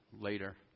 later